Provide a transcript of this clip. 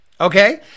okay